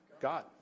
God